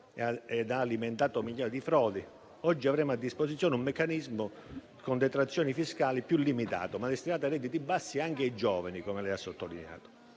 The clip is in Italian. ed ha alimentato milioni di frodi. Oggi avremo a disposizione un meccanismo con detrazioni fiscali più limitate, ma destinate a redditi bassi e ai giovani, come lei ha sottolineato.